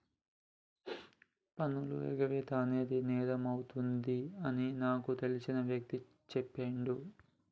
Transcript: పన్నుల ఎగవేత అనేది నేరమవుతుంది అని నాకు తెలిసిన వ్యక్తి చెప్పిండు